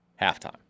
halftime